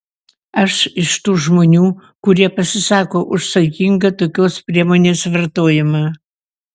aš iš tų žmonių kurie pasisako už saikingą tokios priemonės vartojimą